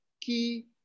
key